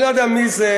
אני לא יודע מי זה.